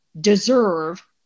deserve